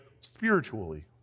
spiritually